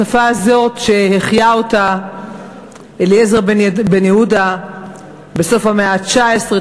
השפה הזאת שהחיה אליעזר בן-יהודה בסוף המאה ה-19,